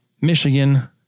Michigan